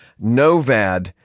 NOVAD